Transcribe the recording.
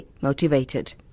motivated